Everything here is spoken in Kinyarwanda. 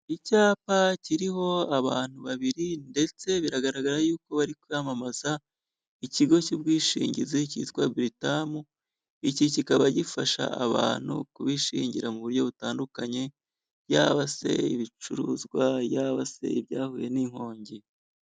Icyapa kiriho abantu babiri, ndetse biragaragara yuko bari kwamamaza ikigo cy'ubwishingizi cyitwa Buritamu, iki kikaba gifasha abantu kubishingira mu buryo butandukanye; yaba se ibicuruzwa, yaba se ibyahuye n'inkongi.